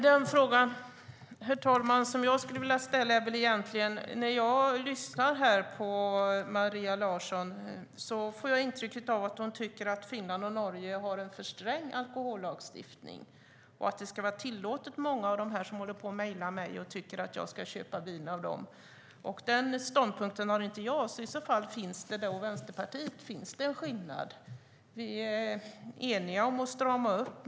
Herr talman! Jag skulle vilja ställa en fråga. När jag lyssnar här på Maria Larsson får jag intrycket att hon tycker att Finland och Norge har en för sträng alkohollagstiftning och att det ska vara tillåtet med många av dem som håller på att mejla mig och tycker att jag ska köpa vin av dem. Den ståndpunkten har inte jag. I så fall finns det en skillnad mot Vänsterpartiet. Vi är eniga om att strama upp.